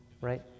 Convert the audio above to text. Right